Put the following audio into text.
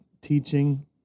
teaching